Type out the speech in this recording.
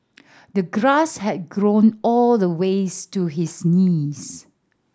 the grass had grown all the ways to his knees